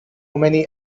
many